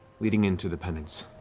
leading into the penance,